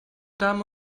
damen